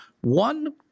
one